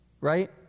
Right